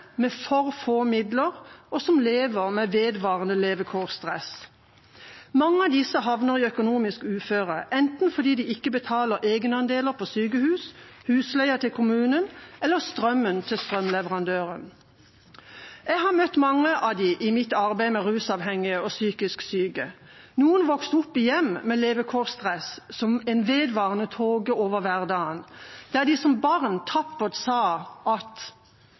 med for få midler, og som lever med vedvarende levekårsstress. Mange av disse havner i økonomisk uføre, enten fordi de ikke betaler egenandelene på sykehus, husleia til kommunen eller strømmen til strømleverandøren. Jeg har møtt mange av dem i mitt arbeid med rusavhengige og psykisk syke. Noen vokste opp i hjem med levekårsstress som en vedvarende tåke over hverdagen, der de som barn tappert sa at